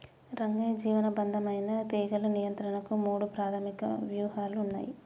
రంగయ్య జీవసంబంధమైన తీగలు నియంత్రణకు మూడు ప్రాధమిక వ్యూహాలు ఉన్నయి